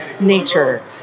nature